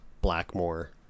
Blackmore